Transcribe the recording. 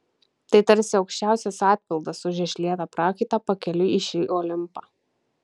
tai tarsi aukščiausias atpildas už išlietą prakaitą pakeliui į šį olimpą